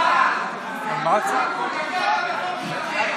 (קוראת בשמות חברי הכנסת)